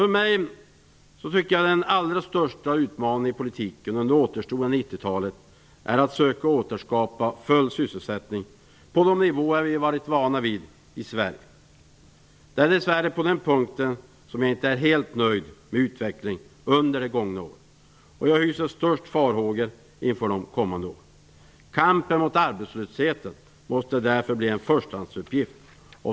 Jag anser att den allra största utmaningen för politiken under återstoden av 1990-talet är att söka återskapa full sysselsättning på de nivåer vi varit vana vid i Sverige. Det är dess värre på den punkten som jag inte är helt nöjd med utvecklingen under det gångna året och som jag hyser störst farhågor för inför de kommande åren. Kampen mot arbetslösheten måste därför bli en förstahandsuppgift.